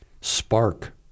spark